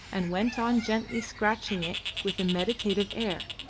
and went on gently scratching it with a meditative air,